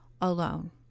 alone